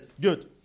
Good